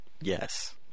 Yes